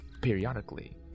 Periodically